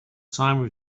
time